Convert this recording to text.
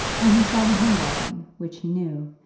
when he saw the handwriting, which he knew,